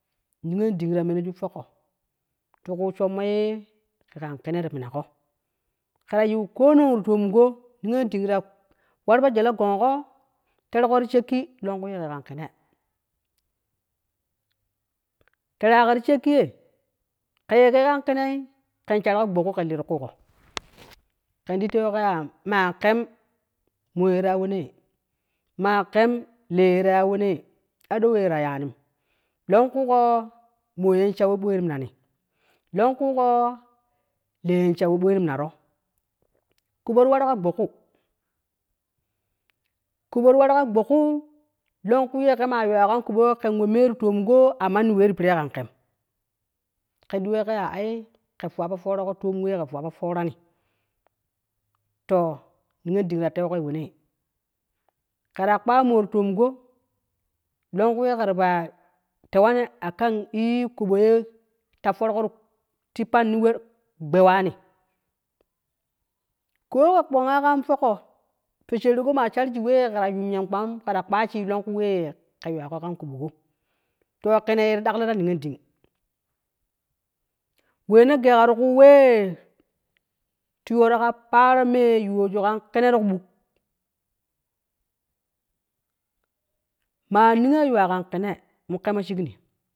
Niyon den ta meneju minan fo ko ti ku sham ye ke kan ke nei ti mina ko kera yau ko non ti tomongo niyon den ta war fo je longo ku la tee ti shia'a ki lon ku ne ke kan ke nei tee ra ko ti shaa ki ye ke ye kan an ke nei kan sha to ko gbon ku kan lee ti ku ko kon ti tee wee ya ma kan mo ta ya wee ne ma kan mo ta ya wee ne ma kan lee ye ta ya wee ne a doi wee ta ya nan ne a doo wee ta ya nan lon ku ko mo ye sham we mo ti minani lon ku ko lee ye sham we mo ti minaro ko bo ti waru ka gbon ku gban ti waru ka lon ku ne kama we kan kobo kan wee me ta ya wee ne ma kanlee ye ta ya wee na a doo wee ta ya nan ne a doo wee ta ya nan lon ku ko mo ye sham wa mo ti minani lon ku ko lee ye sham we mo ti minaro ko bo ti waru ka gbon ku gbon ti waru ko lon ku ne kama we kan kobo kan wee me ti tee ko a ma ni ye ti pere kan ke kan ti wee ai kan so wa soko te wee kan fowarani to niyon den ta tee ko wee ne kan ta kpang mo ti togo lon ku ne ke ti fo tee wee ni kan ta kpang mo ti tohgo lon the ne ke ti fo ko ti peni wee gwane ko kan fo ko fo sherep go ma sharan wee ke ta won yan kpang ke ta sa'a shem lonko ne ke wee ne ti dan lee niyon den we ne gei ka ti ku wee wuran kan peran me kan ke nei ti ku lub ma ni ye yuwa kan ke nei mu ke mo shan ni.